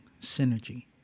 synergy